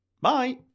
Bye